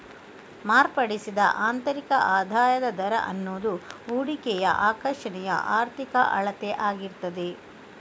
ಮಾರ್ಪಡಿಸಿದ ಆಂತರಿಕ ಆದಾಯದ ದರ ಅನ್ನುದು ಹೂಡಿಕೆಯ ಆಕರ್ಷಣೆಯ ಆರ್ಥಿಕ ಅಳತೆ ಆಗಿರ್ತದೆ